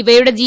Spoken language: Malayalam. ഇവയുടെ ജി